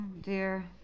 Dear